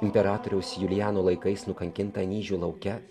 imperatoriaus julijano laikais nukankintą anyžių lauke